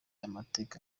amateka